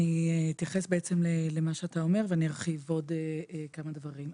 אני אתייחס למה שאתה אומר וארחיב על עוד כמה דברים.